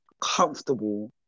comfortable